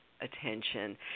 attention